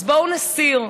אז בואו נסיר.